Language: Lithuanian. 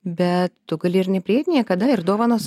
bet tu gali ir neprieit niekada ir dovanos